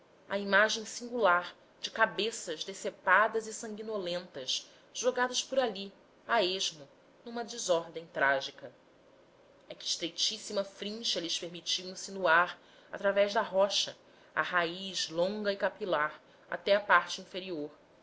a imagem singular de cabeças decepadas e sanguinolentas jogadas por ali a esmo numa desordem trágica é que estreitíssima frincha lhes permitiu insinuar através da rocha a raiz longa e capilar até à parte inferior